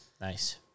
Nice